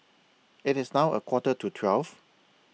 IT IS now A Quarter to twelve